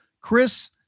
Chris